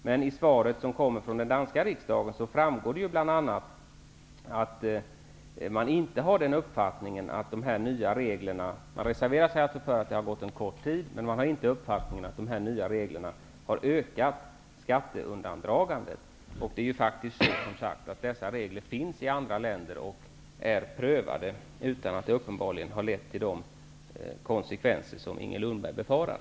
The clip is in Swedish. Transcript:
Av svaret från den danska riksdagen framgår emellertid bl.a. att man inte är av den uppfattningen att de här nya reglerna har ökat skatteundandragandet, med reservation för att det har gått en kort tid. Dessa regler finns och är prövade i andra länder, utan att det uppenbarligen har lett till de konsekvenser som Inger Lundberg befarar.